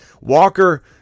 Walker